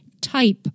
type